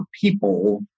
people